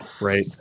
right